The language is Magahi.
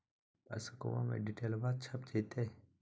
पासबुका में डिटेल्बा छप जयते?